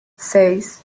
seis